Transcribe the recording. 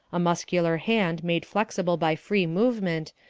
a muscular hand made flexible by free movement,